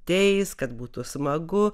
ateis kad būtų smagu